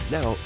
Now